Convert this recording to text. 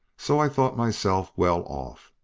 so i thought myself well off.